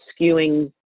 skewing